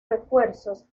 refuerzos